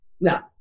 Now